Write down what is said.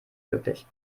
wirklich